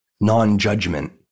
non-judgment